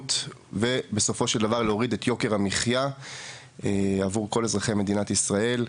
יזמות ובסופו של דבר להוריד את יוקר המחייה עבור כל אזרחי מדינת ישראל.